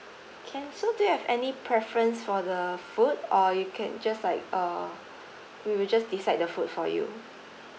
can so do you have any preference for the food or you can just like uh we will just decide the food for you